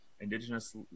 indigenous